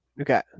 Okay